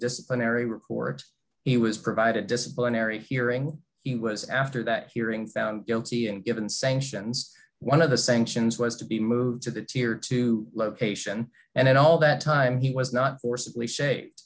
disciplinary record he was provided disciplinary hearing he was after that hearing found guilty and given sanctions one of the sanctions was to be moved to the tier two location and in all that time he was not forcibly shaped